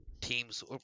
teams